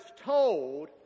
told